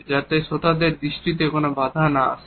যাতে শ্রোতাদের দৃষ্টিতে কোন বাধা না আসে